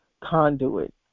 conduit